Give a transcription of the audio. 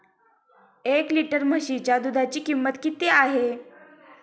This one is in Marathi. एक लिटर म्हशीच्या दुधाची किंमत किती आहे?